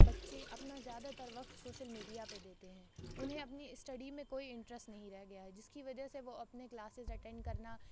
بچے اپنا زیادہ تر وقت سوشل میڈیا پہ دیتے ہیں انہیں اپنی اسٹڈی میں کوئی انٹرسٹ نہیں رہ گیا ہے جس کی وجہ سے وہ اپنے کلاسز اٹینڈ کرنا